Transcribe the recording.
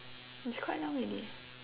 it's quite long already